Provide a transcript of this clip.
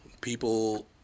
people